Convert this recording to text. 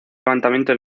levantamiento